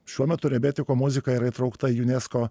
šiuo metu rebetiko muzika yra įtraukta unesco